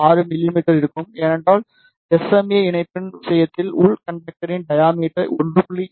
6 மிமீ இருக்கும் ஏனென்றால் எஸ்எம்ஏ இணைப்பியின் விஷயத்தில் உள் கண்டக்டரின் டையாமீட்டர் 1